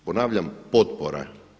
Ponavljam, potpora.